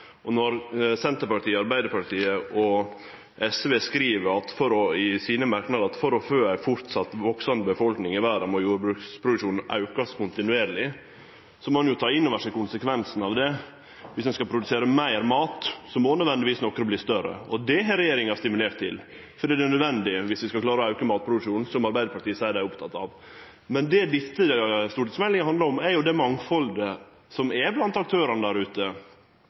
rett. Når Senterpartiet, Arbeidarpartiet og SV i merknadene sine skriv at for «å fø en fortsatt voksende befolkning i verden må jordbruksproduksjonen økes kontinuerlig», må ein ta inn over seg konsekvensen av det. Viss ein skal produsere meir mat, må nødvendigvis nokre verte større, og det har regjeringa stimulert til, for det er nødvendig viss vi skal auke matproduksjonen – som Arbeidarpartiet seier at dei er opptekne av. Men det denne stortingsmeldinga handlar om, er det mangfaldet som er blant aktørane der ute,